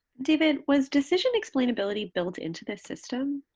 david, was decision explainability built into this system?